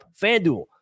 FanDuel